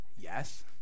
Yes